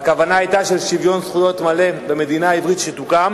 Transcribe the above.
הכוונה היתה לשוויון זכויות מלא במדינה העברית שתוקם.